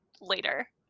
later